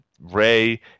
Ray